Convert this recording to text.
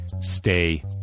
Stay